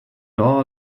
all